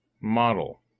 Model